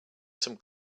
some